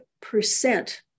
percent